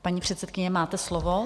Paní předsedkyně, máte slovo.